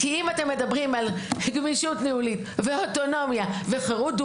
כי אם אתם מדברים על גמישות ניהולית ואוטונומיה וחירות,